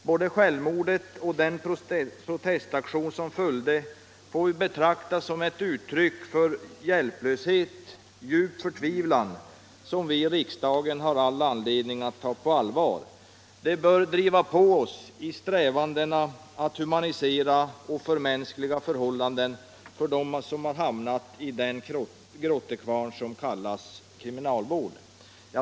Både självmordet och den protestaktion som följde får väl betraktas som ett uttryck för hjälplöshet och djup förtvivlan som vi i riksdagen har all anledning att ta på allvar. Detta bör driva på oss i strävandena att humanisera och förmänskliga förhållandena för dem som hamnat i den grottekvarn som kallas kriminalvård.